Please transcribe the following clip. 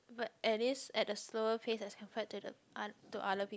but at least at a slower pace as compared to the other to other people